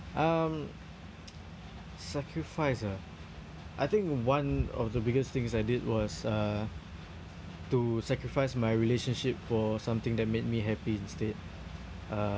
um sacrifice ah I think one of the biggest things I did was uh to sacrifice my relationship for something that made me happy instead uh